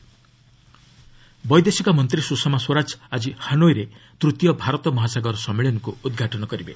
ସୁଷମା ସ୍ୱରାଜ ବୈଦେଶିକ ମନ୍ତ୍ରୀ ସୁଷମା ସ୍ୱରାଜ ଆଜି ହାନୋଇରେ ତୃତୀୟ ଭାରତ ମହାସାଗର ସମ୍ମିଳନୀକୁ ଉଦ୍ଘାଟନ କରିବେ